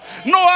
No